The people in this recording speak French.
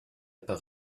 part